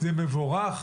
זה מבורך.